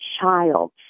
child